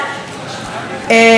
חברות וחברים,